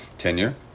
tenure